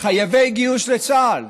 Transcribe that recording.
חייבי גיוס לצה"ל.